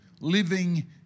Living